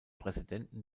präsidenten